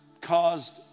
caused